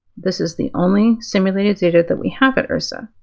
this is the only simulated data that we have at irsa.